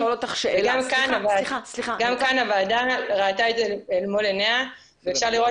גם כאן הוועדה ראתה את זה אל מול עיניה ואפשר לראות